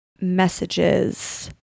Messages